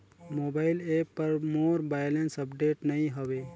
mobile app पर मोर balance update नई हवे